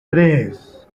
tres